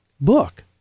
book